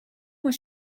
was